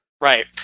Right